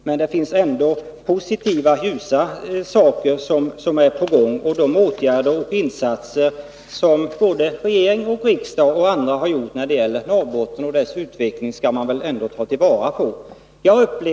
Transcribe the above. Men det finns ändå positiva saker som är på gång. De åtgärder och insatser som gjorts av regering, riksdag och andra när det gäller Norrbotten och dess utveckling skall man väl ändå ta vara på.